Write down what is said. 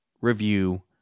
review